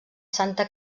santa